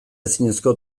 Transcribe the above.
ezineko